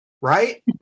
right